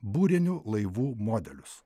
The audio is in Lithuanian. burinių laivų modelius